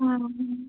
ಹಾಂ ಹ್ಞೂ